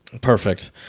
Perfect